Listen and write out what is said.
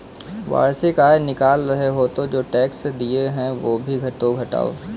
वार्षिक आय निकाल रहे हो तो जो टैक्स दिए हैं वो भी तो घटाओ